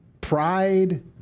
pride